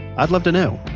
i'd love to know.